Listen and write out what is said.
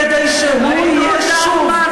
כדי שהוא יהיה שוב ראש